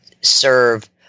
serve